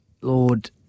Lord